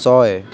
ছয়